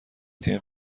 تیم